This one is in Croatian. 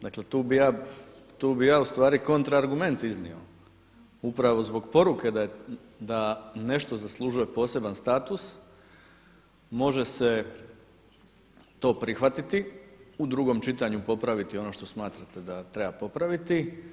Dakle tu bih ja ustvari kontra argument iznio upravo zbog poruke da nešto zaslužuje poseban status, može se to prihvatiti, u drugom čitanju popraviti ono što smatrate da treba popraviti.